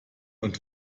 und